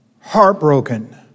heartbroken